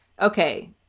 Okay